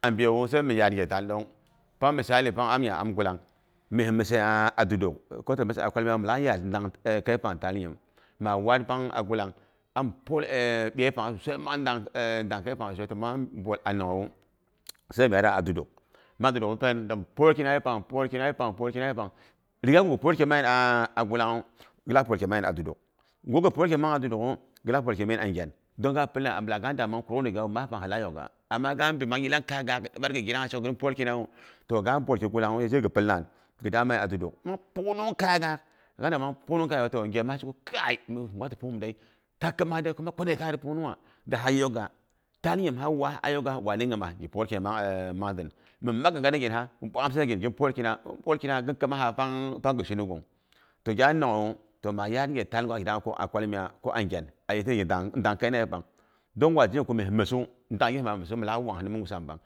A biyewu sai mi yaar ghe taal ɗon. Misali pang am nya am gulang, mii mise a duduk, ko ti mise a kwalmiya wu milak yad ndaangkai pang a taal nyim. Ma waat pang a gulang ami pwol ɓyei pang sosai mang daang kei pang sosai toh maa bwol a nonghewu, sai mi iyara a duduk. Ma duduk'u pen dami pwolkina yepang pwolkina yepang, pwolkina yepang rigagu ghi pwolki mang nyin a gulangwu, ghi laak pwolki mang nyin a duduk. Ko ghi pwolkiɨ mang nyim a duduk'u ghilak pwolki mangnyin a ngyan don ga pila abin ga dang mang korok rigawu maa pang alak yokgha. Amma ghabi mang yilang kaya gaak gi dibarkhi ghin pwolkinawu, toh ga bwot ki gulangnwa ye zhe phi pilnan. Kin dang mang nyin 'a duduk. Bak pungnung kaya gaak, ga dang mang pungnung kayauw wata ghema sheko kai mi gwa ti punghim dei. Ta khima kuma kwa dei kaya gha pungnungha, ha yok'gha, taal nyimha waa a yok'gha wane nyima gi pwolkine e ghi pwolkina ghin kamaha pang, toh ma yaad nghe taal ngwak gi dangha kwalmiya ko a ngyan, ayetse gi dang a ye daang kai na yepang dong gwazhe yin ko myes məsu, ndang gimges milak wanghin ni nyusampang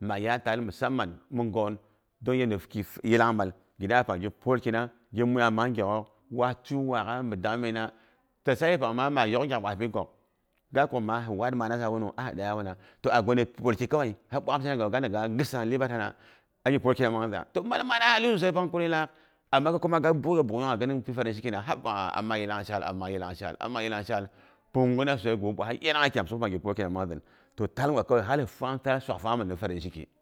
maa yaat taal musaman mi nghon don ni ki yilangmal, ghi dangha yepang ghi pwolkina, gin muya mang gyak ogh, waa tui waa'gha mi dangmina to sa'i pangma mayok ngyak waa pi gok. Gakuk maa hi waat manasa wunu a si deiya wana toh 'a gwani pwolki kawai ha bwak amhi nagawu ga dang ghan gisa libar hana to matzamatza hali sosai pang kuri laak. Amma ga kuma ga bu'ugjiya bughuyunghja ginpi farin cikina haba, ammang yilang shaal, am mang yilang shaal. Pungina susai ghi wup waa ha sosai gin muya mang zin, toh taal gwa kawai har hi fang taal swag fangha min ni farin ciki